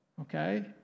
Okay